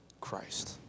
Christ